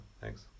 thanks